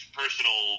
personal